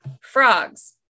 frogs